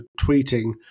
tweeting